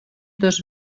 dos